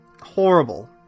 Horrible